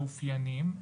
מאופיינים,